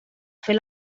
fer